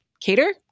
Cater